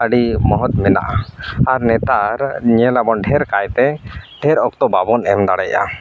ᱟᱹᱰᱤ ᱢᱚᱦᱚᱛ ᱢᱮᱱᱟᱜᱼᱟ ᱟᱨ ᱱᱮᱛᱟᱨ ᱧᱮᱞᱟᱵᱚᱱ ᱰᱷᱮᱹᱨ ᱠᱟᱭᱛᱮ ᱰᱷᱮᱹᱨ ᱚᱠᱛᱚ ᱵᱟᱵᱚᱱ ᱮᱢ ᱫᱟᱲᱮᱭᱟᱜᱼᱟ